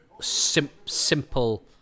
simple